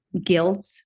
Guilt